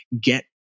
get